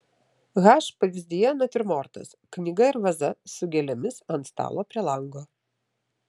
h pavyzdyje natiurmortas knyga ir vaza su gėlėmis ant stalo prie lango